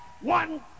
one